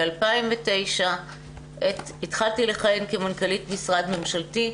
ב-2009 התחלתי לכהן כמנכ"לית משרד ממשלתי.